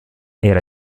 era